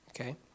Okay